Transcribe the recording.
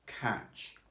catch